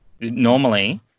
Normally